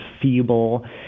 feeble